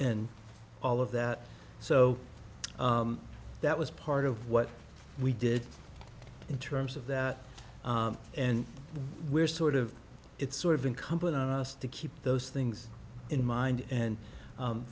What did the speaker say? and all of that so that was part of what we did in terms of that and we're sort of it's sort of incumbent on us to keep those things in mind and